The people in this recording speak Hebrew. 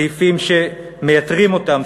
סעיפים שמייתרים אותה,